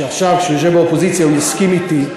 שעכשיו כשהוא יושב באופוזיציה הוא יסכים אתי,